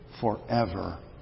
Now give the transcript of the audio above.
forever